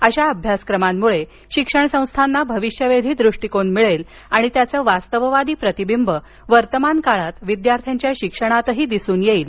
अशा अभ्यासक्रमांमुळे शिक्षणसंस्थांना भविष्यवेधी दृष्टीकोन मिळेल आणि त्याचे वास्तववादी प्रतिबिंब वर्तमानकाळात विद्यार्थ्यांच्या शिक्षणातही दिसून येईल